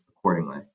accordingly